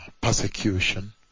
persecution